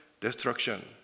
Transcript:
destruction